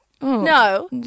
no